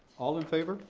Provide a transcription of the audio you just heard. all in favor?